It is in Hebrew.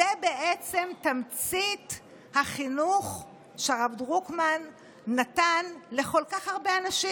זו בעצם תמצית החינוך שהרב דרוקמן נתן לכל כך הרבה אנשים.